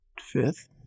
Fifth